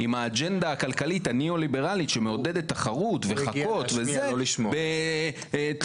היא לא זורקת חכות; היא עושה